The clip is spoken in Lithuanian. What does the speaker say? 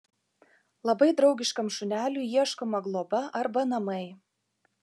labai draugiškam šuneliui ieškoma globa arba namai